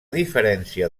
diferència